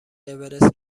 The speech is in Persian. اورست